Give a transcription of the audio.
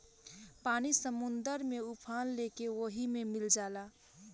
पानी समुंदर में उफान लेके ओहि मे मिल जाला